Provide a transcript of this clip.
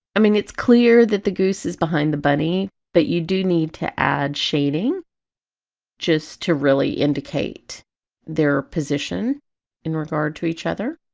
i mean it's clear that the goose is behind the bunny but you do need to add shading just to really indicate their position in regard to each other,